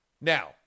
Now